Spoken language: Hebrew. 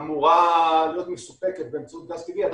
אמורה להיות מסופקת באמצעות גז טבעי עד